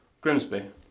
Grimsby